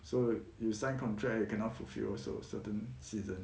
so you sign contract you cannot fulfil also certain season